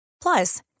Plus